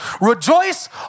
Rejoice